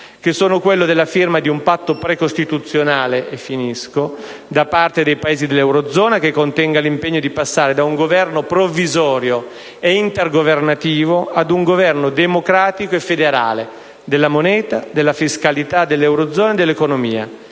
primo obiettivo è la firma di un patto precostituzionale da parte dei Paesi dell'eurozona, che contenga l'impegno di passare da un Governo provvisorio ed intergovernativo ad uno democratico e federale, della moneta, della fiscalità dell'eurozona e dell'economia;